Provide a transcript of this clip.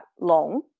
long